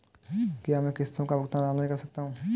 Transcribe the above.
क्या मैं किश्तों का भुगतान ऑनलाइन कर सकता हूँ?